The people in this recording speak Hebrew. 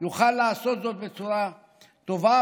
יוכל לעשות זאת בצורה טובה.